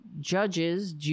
judges